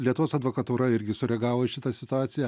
lietuvos advokatūra irgi sureagavo į šitą situaciją